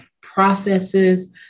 processes